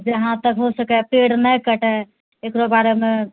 जहाँतक हो सकै पेड़ नहि कटए एकरो बारेमे